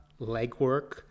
legwork